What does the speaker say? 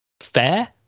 fair